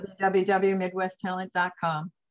www.midwesttalent.com